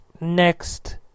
next